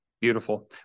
Beautiful